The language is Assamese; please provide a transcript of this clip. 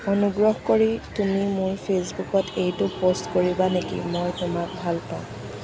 অনুগ্ৰহ কৰি তুমি মোৰ ফেইচবুকত এইটো পোষ্ট কৰিবা নেকি মই তোমাক ভাল পাওঁ